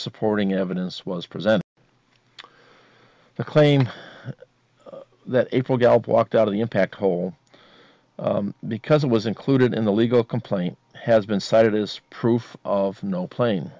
supporting evidence was present the claim that a full gallop walked out of the impact hole because it was included in the legal complaint has been cited as proof of no plane